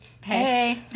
Hey